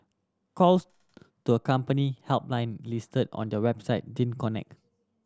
calls to a company helpline listed on their website didn't connect